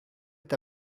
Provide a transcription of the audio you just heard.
est